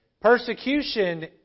Persecution